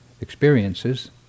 experiences